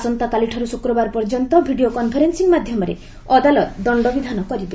ଆସନ୍ତାକାଲିଠାରୁ ଶୁକ୍ରବାର ପର୍ଯ୍ୟନ୍ତ ଭିଡ଼ିଓ କନ୍ଫରେନ୍ନିଂ ମାଧ୍ୟମରେ ଅଦାଲତ ଦଣ୍ଡ ବିଧାନ କରିବ